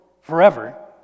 forever